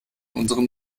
unserem